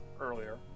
earlier